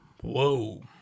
Whoa